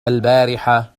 البارحة